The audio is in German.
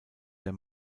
der